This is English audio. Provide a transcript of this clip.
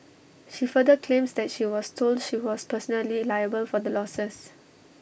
she further claims that she was told she was personally liable for the losses